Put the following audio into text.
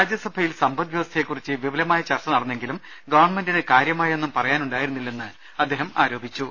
രാജ്യസഭയിൽ സമ്പദ് വ്യവസ്ഥയെ കുറിച്ച് വിപുലമായ ചർച്ച നട ന്നെങ്കിലും ഗവൺമെന്റിന് കാര്യമായൊന്നും പറയാനുണ്ടായിരുന്നി ല്ലെന്ന് അദ്ദേഹം ആരോപിച്ചു